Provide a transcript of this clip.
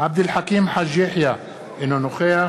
עבד אל חכים חאג' יחיא, אינו נוכח